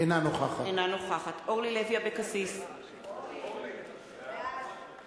אינה נוכחת אורלי לוי אבקסיס, בעד